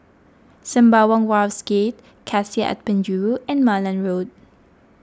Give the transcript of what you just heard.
Sembawang Wharves Gate Cassia at Penjuru and Malan Road